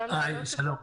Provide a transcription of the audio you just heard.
שלום,